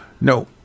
No